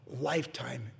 lifetime